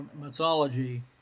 mythology